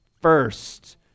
first